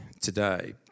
today